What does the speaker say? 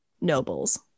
nobles